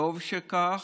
וטוב שכך,